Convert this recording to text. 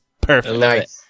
Perfect